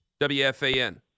WFAN